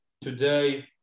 today